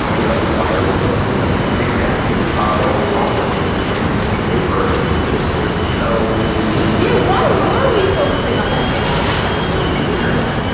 like why are we focusing on this knick knack and todd's office or this random piece of paper and it's just there's no reason yeah why ah are we focusing on that knick knack that was so weird